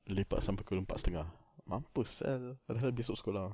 lepak sampai pukul empat setengah mampus sia padahal besok sekolah